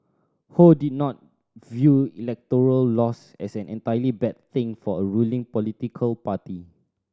ho did not view electoral loss as an entirely bad thing for a ruling political party